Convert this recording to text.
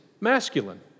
masculine